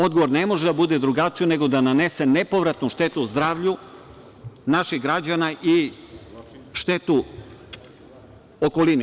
Odgovor ne može da bude drugačiji nego da nanese nepovratnu štetu zdravlju naših građana i štetu okolini.